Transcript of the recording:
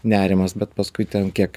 nerimas bet paskui ten kiek